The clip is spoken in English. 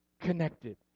connected